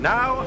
Now